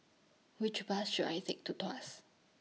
Which Bus should I Take to Tuas